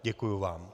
Děkuji vám.